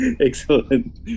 excellent